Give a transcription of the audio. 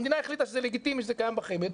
המדינה החליטה שזה לגיטימי שזה קיים בחמ"ד,